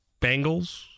Bengals